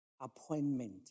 appointment